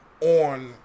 on